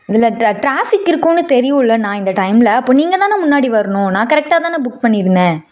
இதில் tra traffic இருக்கும்னு தெரியும்லேண்ணா இந்த டைமில் அப்போ நீங்கள் தானே முன்னாடி வரணும் நான் கரெக்டாக தானே புக் பண்ணியிருந்தேன்